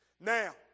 Now